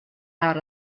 out